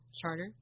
Charter